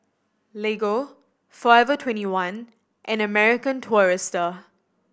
Lego Forever Twenty one and American Tourister